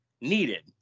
needed